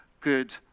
good